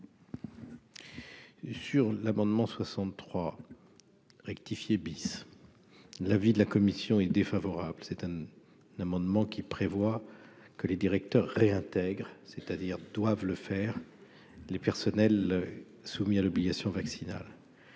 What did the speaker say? Sur l'amendement 63 rectifier bis, l'avis de la commission est défavorable, c'est un amendement qui prévoit que les directeurs réintègre c'est-à-dire doivent le faire, les personnels soumis à l'obligation vaccinale